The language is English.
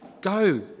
Go